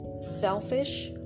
selfish